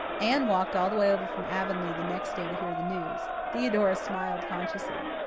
anne walked all the way over from avonlea the next day to hear the news. theodora smiled consciously.